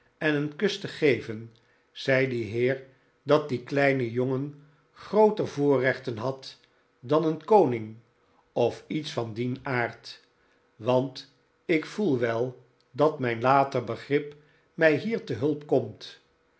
en een kus te geven zei die heer dat die kleine jongen grooter voorrechten had dan een koning of iets van dien aard want ik voel wel dat mijn later begrip mij hier te hulp komt